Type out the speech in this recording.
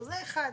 זה אחד.